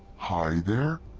hi there?